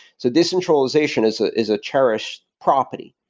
so decentralization is ah is a cherished property.